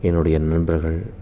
என்னுடைய நண்பர்கள்